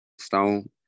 stone